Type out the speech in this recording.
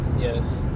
yes